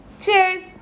cheers